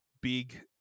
big